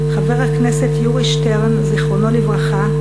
חבר הכנסת יורי שטרן ז"ל,